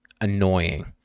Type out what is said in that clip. annoying